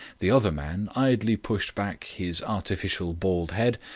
the other man idly pushed back his artificial bald head,